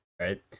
Right